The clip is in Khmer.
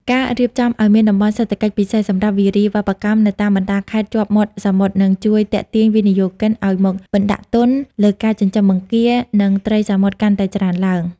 ការរៀបចំឱ្យមានតំបន់សេដ្ឋកិច្ចពិសេសសម្រាប់វារីវប្បកម្មនៅតាមបណ្ដាខេត្តជាប់មាត់សមុទ្រ នឹងជួយទាក់ទាញវិនិយោគិនឱ្យមកបណ្ដាក់ទុនលើការចិញ្ចឹមបង្គា និងត្រីសមុទ្រកាន់តែច្រើនឡើង។